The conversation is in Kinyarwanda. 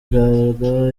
gaga